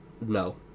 no